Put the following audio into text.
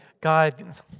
God